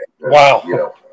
Wow